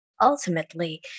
Ultimately